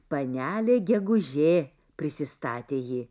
panelė gegužė prisistatė ji